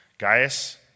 Gaius